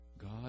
God